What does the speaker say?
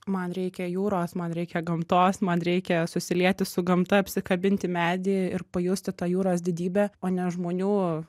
man reikia jūros man reikia gamtos man reikia susilieti su gamta apsikabinti medį ir pajausti tą jūros didybę o ne žmonių